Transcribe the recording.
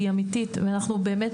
היא אמיתית ואנחנו באמת,